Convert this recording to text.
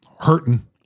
hurting